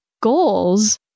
goals